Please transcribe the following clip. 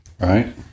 Right